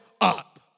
up